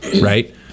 right